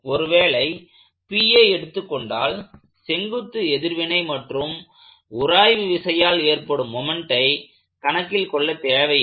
ஒருவேளை Pஐ எடுத்துக்கொண்டால் செங்குத்து எதிர்வினை மற்றும் உராய்வு விசையால் ஏற்படும் மொமெண்ட்டை கணக்கில் கொள்ள தேவை இல்லை